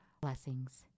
Blessings